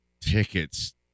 tickets